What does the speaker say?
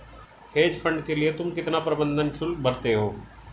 Hedge fund के लिए तुम कितना प्रबंधन शुल्क भरते हो?